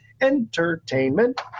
entertainment